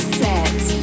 set